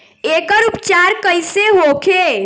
एकर उपचार कईसे होखे?